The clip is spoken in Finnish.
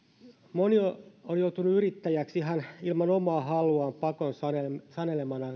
moni on joutunut yrittäjäksi ihan ilman omaa haluaan pakon sanelemana